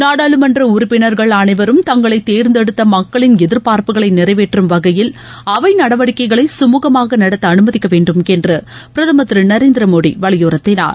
நாடாளுமன்ற உறுப்பினர்கள் அனைவரும் தங்களை தேர்ந்தெடுத்த மக்களின் எதிர்பார்ப்புகளை நிறைவேற்றம் வகையில் அவை நடவடிக்கைகளை கமூகமாக நடத்த அனுமதிக்க வேண்டும் என்று பிரதமர் திரு நரேந்திர மோடி வலியுறுத்தினார்